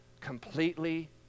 completely